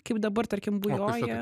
kaip dabar tarkim bujoja